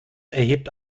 erhebt